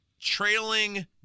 trailing